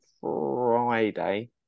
Friday